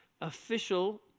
official